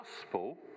gospel